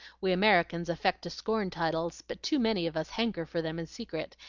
we americans affect to scorn titles, but too many of us hanker for them in secret,